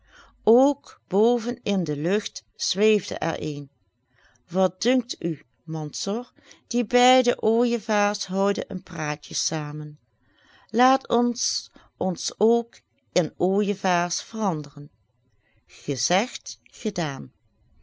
ook boven in de lucht zweefde er een wat dunkt u mansor die beide ooijevaars houden een praatje zamen laat ons ons ook in ooijevaars veranderen gezegd gedaan